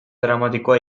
dramatikoa